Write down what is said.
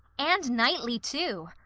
and nightly, too.